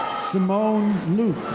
simone luke.